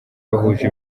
bahuje